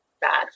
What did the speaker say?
bad